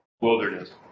Wilderness